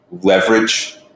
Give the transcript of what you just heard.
leverage